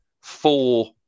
four